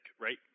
right